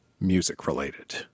music-related